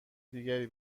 دیگری